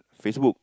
Facebook